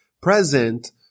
present